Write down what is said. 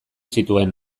zituen